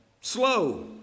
slow